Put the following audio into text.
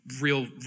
real